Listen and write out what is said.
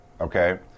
Okay